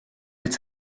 its